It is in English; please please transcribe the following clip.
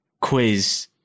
quiz